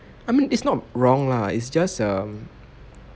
I mean it's not wrong lah it's just um